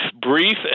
brief